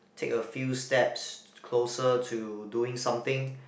take a few steps closer to doing something